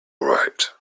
right